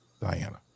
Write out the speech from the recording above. Diana